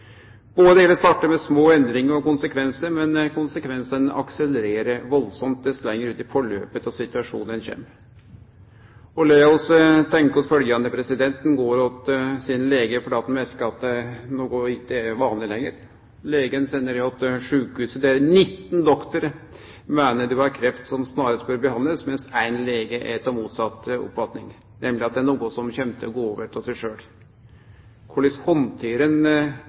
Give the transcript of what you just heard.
med små endringar og konsekvensar, men konsekvensane akselererer veldig dess lenger ut i forløpet i situasjonen ein kjem. Lat oss tenkje oss følgjande: Du går til legen fordi du merkar at noko ikkje er vanleg lenger. Legen sender deg til sjukehuset, der 19 doktorar meiner det er kreft som snarast bør behandlast, mens éin lege er av motsett oppfatning, nemleg at det er noko som kjem til å gå over av seg sjølv. Korleis